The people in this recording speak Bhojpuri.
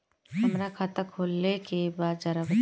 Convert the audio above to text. हमरा खाता खोले के बा जरा बताई